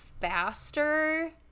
faster